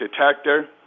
detector